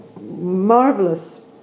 marvelous